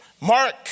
Mark